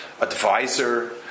advisor